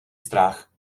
strach